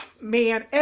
man